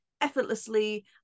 effortlessly